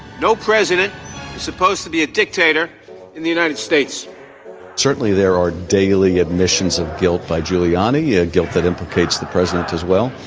no president is supposed to be a dictator in the united states certainly there are daily admissions of guilt by giuliani, ah guilt that implicates the president as well.